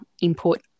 input